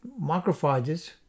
macrophages